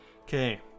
Okay